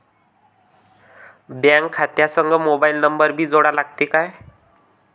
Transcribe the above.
Bank खात्या संग mobile number भी जोडा लागते काय?